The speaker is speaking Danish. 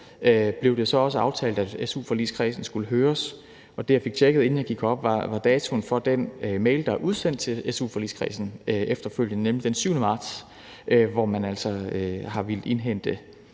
blev det så også aftalt, at su-forligskredsen skulle høres, og det, jeg fik tjekket, inden jeg gik herop, var datoen for den mail, der er udsendt til su-forligskredsen efterfølgende, nemlig den 7. marts, hvor man altså har villet indhente